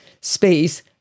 space